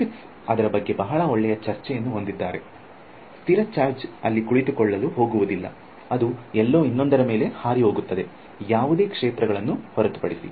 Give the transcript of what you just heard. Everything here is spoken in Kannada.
ಗ್ರಿಫಿತ್ಸ್ ಅದರ ಬಗ್ಗೆ ಬಹಳ ಒಳ್ಳೆಯ ಚರ್ಚೆಯನ್ನು ಹೊಂದಿದ್ದಾರೆ ಸ್ಥಿರ ಚಾರ್ಜ್ ಅಲ್ಲಿ ಕುಳಿತುಕೊಳ್ಳಲು ಹೋಗುವುದಿಲ್ಲ ಅದು ಎಲ್ಲೋ ಇನ್ನೊಂದರ ಮೇಲೆ ಹಾರಿಹೋಗುತ್ತದೆ ಯಾವುದೇ ಕ್ಷೇತ್ರಗಳನ್ನು ಹೊರತು ಪಡಿಸಿ